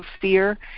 fear